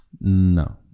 No